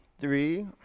Three